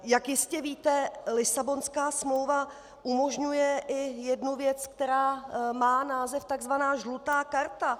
Jak jistě víte, Lisabonská smlouva umožňuje i jednu věc, která má název tzv. žlutá karta.